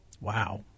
Wow